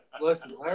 Listen